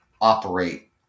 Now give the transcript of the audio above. operate